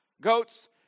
goats